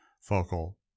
focal